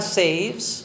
saves